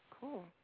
cool